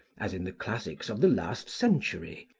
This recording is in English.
as in the classics of the last century,